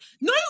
no